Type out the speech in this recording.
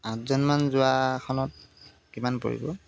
আঠজনমান যোৱাখনত কিমান পৰিব